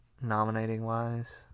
nominating-wise